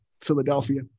Philadelphia